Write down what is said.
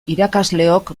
irakasleok